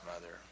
mother